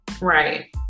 Right